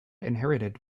inherited